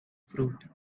fruit